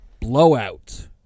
Blowout